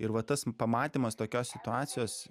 ir va tas pamatymas tokios situacijos